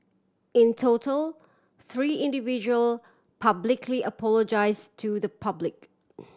in total three individual publicly apologise to the public